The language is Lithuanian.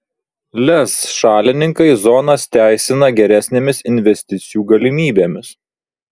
lez šalininkai zonas teisina geresnėmis investicijų galimybėmis